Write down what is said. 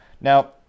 Now